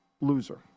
loser